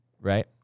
right